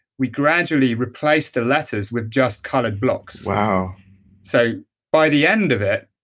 we gradually replaced the letters with just colored blocks wow so by the end of it,